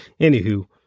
anywho